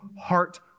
heart